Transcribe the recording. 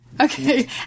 Okay